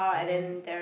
I mean